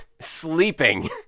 sleeping